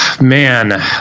man